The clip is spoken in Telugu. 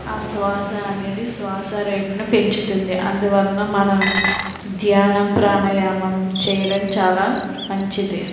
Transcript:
శ్వాస అనేది శ్వాస రేటును పెంచుతుంది అందువలన మనం ధ్యానం ప్రాణాయామం చేయడం చాలా మంచిది